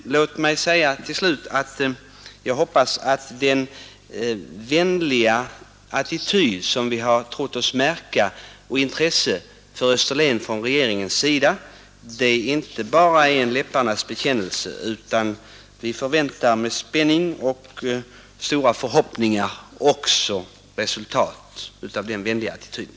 Låt mig till slut säga att jag hoppas att den vänliga attityd och det intresse som vi har trott oss märka för Österlen från regeringens sida inte bara är en läpparnas bekännelse. Vi förväntar med spänning och stora förhoppningar också resultat av den vänliga attityden.